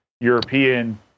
European